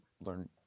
learn